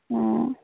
অঁ